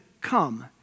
come